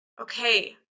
okay